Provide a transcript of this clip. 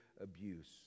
abuse